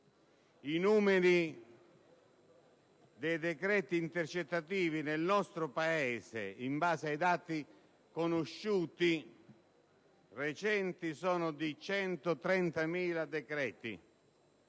Il numero dei decreti intercettativi nel nostro Paese, in base ai dati conosciuti recenti, è di 130.000. Il decreto